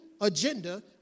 agenda